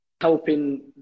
helping